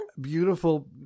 Beautiful